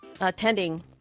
attending